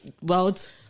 world